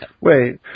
Wait